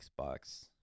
Xbox